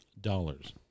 dollars